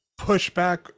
pushback